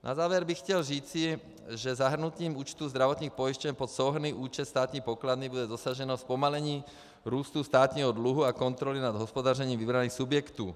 Na závěr bych chtěl říci, že zahrnutím účtu zdravotních pojišťoven pod souhrnný účet státní pokladny bude dosaženo zpomalení růstu státního dluhu a kontroly nad hospodařením vybraných subjektů.